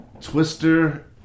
Twister